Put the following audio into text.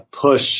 Push